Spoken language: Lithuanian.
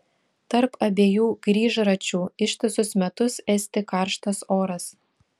tarp abiejų grįžračių ištisus metus esti karštas oras